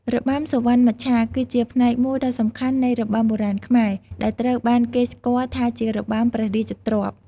របាំសុវណ្ណមច្ឆាគឺជាផ្នែកមួយដ៏សំខាន់នៃ របាំបុរាណខ្មែរ ដែលត្រូវបានគេស្គាល់ថាជារបាំព្រះរាជទ្រព្យ។